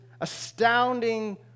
astounding